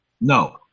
No